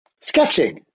Sketching